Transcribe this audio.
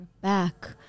back